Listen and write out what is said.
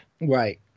right